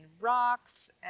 rocks